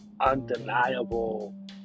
undeniable